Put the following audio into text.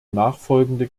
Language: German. nachfolgende